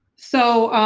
so,